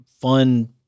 fun